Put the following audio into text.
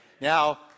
Now